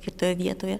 kitoj vietoje